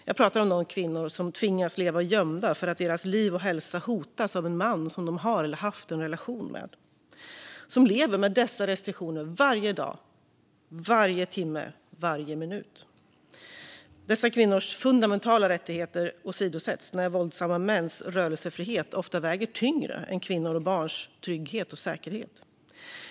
Jag talar om de kvinnor som tvingas leva gömda för att deras liv och hälsa hotas av en man som de har eller har haft en relation med och som lever med dessa restriktioner varje dag, varje timme och varje minut. Dessa kvinnors fundamentala rättigheter åsidosätts medan våldsamma mäns rörelsefrihet ofta väger tyngre än kvinnors och barns trygghet och säkerhet.